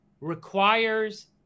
requires